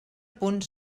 punt